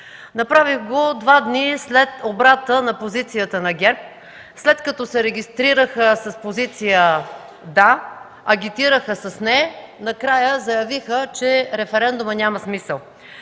Направих го два дни след обрата на позицията на ГЕРБ, след като се регистрираха с позиция „да”, агитираха с „не”, накрая заявиха, че референдумът няма смисъл.